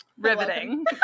Riveting